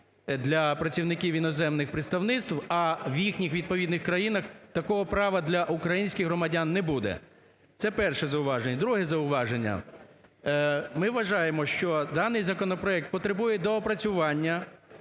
для працівників іноземних представництв, а в їхніх відповідних країнах такого права для українських громадян не буде. Це перше зауваження. Друге зауваження. Ми вважаємо, що даний законопроект потребує доопрацювання,